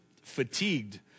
fatigued